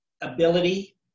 ability